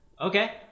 Okay